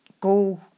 Go